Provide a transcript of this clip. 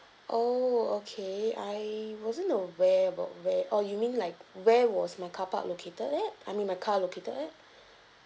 oh okay I wasn't aware were where oh you mean like where was my carpark located at I mean my car located at